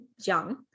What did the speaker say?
Jiang